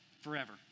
forever